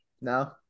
No